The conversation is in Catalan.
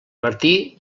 martí